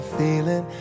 feeling